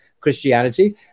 christianity